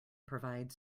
provide